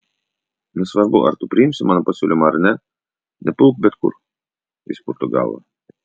nesvarbu ar tu priimsi mano pasiūlymą ar ne nepulk bet kur jis purto galvą